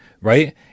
right